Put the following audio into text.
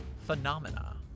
phenomena